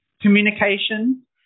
communication